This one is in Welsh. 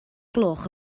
gloch